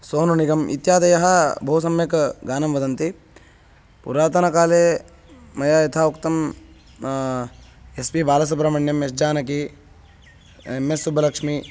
सोनु निगम् इत्यादयः बहु सम्यक् गानं वदन्ति पुरातनकाले मया यथा उक्तम् S P Balasubrahmanyam S Janaki M S Subbulakshmi